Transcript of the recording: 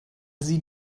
sie